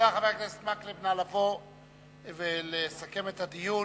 חבר הכנסת אורי מקלב, נא לבוא ולסכם את הדיון.